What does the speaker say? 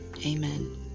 Amen